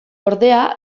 ordea